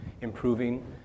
improving